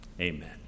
Amen